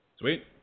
Sweet